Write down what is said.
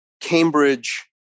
Cambridge